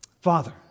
Father